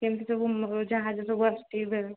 କେମିତି ସବୁ ଯାହାଜ ସବୁ ଆସୁଛି